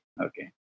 okay